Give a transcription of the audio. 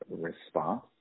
response